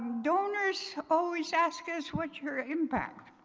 donors always ask us, what's your impact?